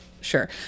sure